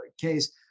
case